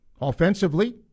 offensively